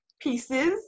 pieces